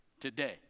today